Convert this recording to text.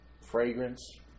fragrance